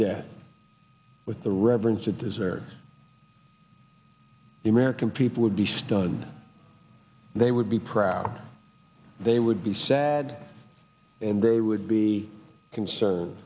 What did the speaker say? death with the reverence of desert the american people would be stunned they would be proud they would be sad and they would be concerned